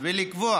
ולקבוע